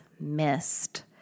missed